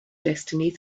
destiny